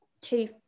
two